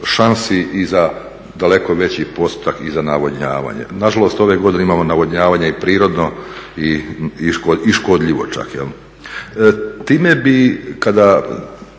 šansi i za daleko veći postotak i za navodnjavanje. Nažalost ove godine imamo navodnjavanje i prirodno i škodljivo čak. Time bih kada